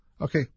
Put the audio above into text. Okay